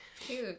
cute